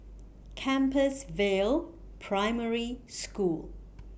Compassvale Primary School